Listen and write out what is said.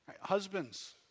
Husbands